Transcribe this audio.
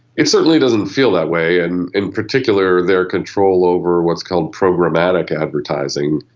it certainly doesn't feel that way, and in particular their control over what's called programmatic advertising,